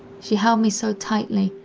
she held me so tightly,